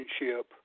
relationship